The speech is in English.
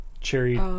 Cherry